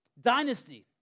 Dynasty